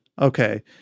Okay